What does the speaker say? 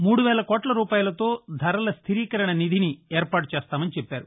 మూడు వేల కోట్ల రూపాయలతో ధరల స్దిరీకరణ నిధిని ఏర్పాటు చేస్తామని చెప్పారు